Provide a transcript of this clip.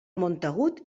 montagut